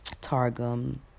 Targum